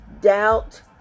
doubt